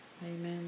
Amen